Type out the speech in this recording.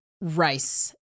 Rice